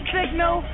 Signal